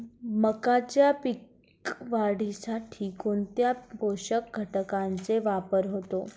मक्याच्या पीक वाढीसाठी कोणत्या पोषक घटकांचे वापर होतो?